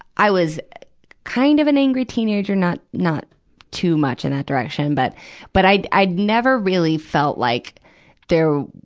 i was kind of an angry teenager. not, not too much in that direction, but but i'd, i'd never really felt like there,